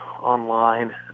online